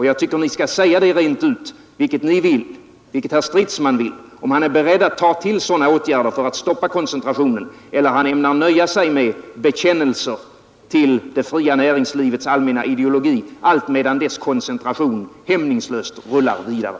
Jag tycker ni skall säga rent ut vad ni vill — och vad herr Stridsman vill - om ni är beredda att ta till sådana åtgärder för att stoppa koncentrationen, eller om ni ämnar nöja er med bekännelser till det fria näringslivets allmänna ideologi, allt medan dess koncentration hämningslöst rullar vidare.